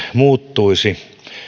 muuttuisivat